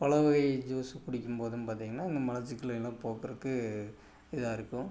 பழ வகை ஜூஸு குடிக்கும் போதும் பார்த்தீங்கன்னா இந்த மலச்சிக்கலையெல்லாம் போக்கிறக்கு இதாயிருக்கும்